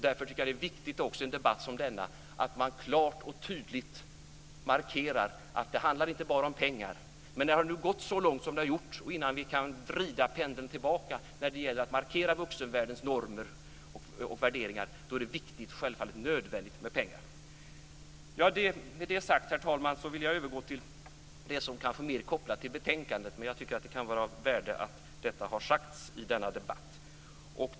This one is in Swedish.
Därför tycker jag att det är viktigt, i en debatt som denna, att man klart och tydligt markerar att det inte enbart handlar om pengar. Men när det nu har gått så långt som det har gjort - och innan vi kan vrida pendeln tillbaka när det gäller att markera vuxenvärldens normer och värderingar - är det viktigt, ja självfallet nödvändigt, med pengar. Med det sagt, herr talman, vill jag övergå till det som kanske är mer kopplat till betänkandet. Men jag tycker att det kanske kan vara av värde att detta har sagts i denna debatt.